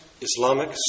Islamic